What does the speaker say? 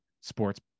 sports